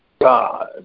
God